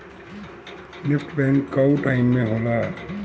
NEFT bank कअ time में होला